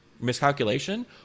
miscalculation